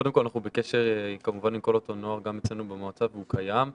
קודם כל אנחנו בקשר כמובן עם כל אותו נוער גם אצלנו במועצה והוא קיים,